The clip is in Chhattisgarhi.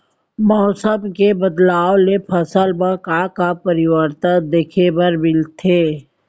मौसम के बदलाव ले फसल मा का का परिवर्तन देखे बर मिलथे?